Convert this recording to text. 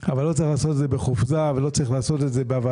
אבל לא צריך לעשות את זה בחופזה ולא צריך לעשות